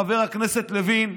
חבר הכנסת לוין,